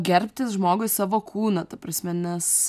gerbtis žmogui savo kūną ta prasme nes